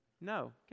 No